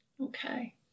Okay